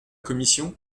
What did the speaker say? commission